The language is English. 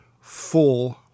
full